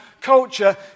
culture